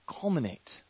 culminate